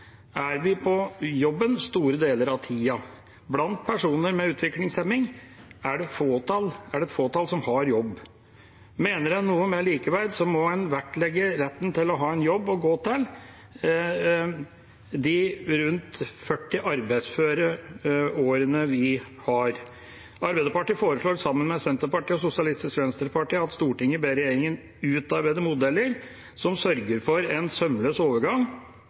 er vi på jobben store deler av tiden. Blant personer med utviklingshemming er det et fåtall som har jobb. Mener man noe med likeverd, må man vektlegge retten til å ha en jobb å gå til de rundt 40 arbeidsføre årene vi har. Arbeiderpartiet har et forslag sammen med Senterpartiet og Sosialistisk Venstreparti: «Stortinget ber regjeringen utarbeide modeller som sørger for en sømløs overgang